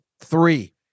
three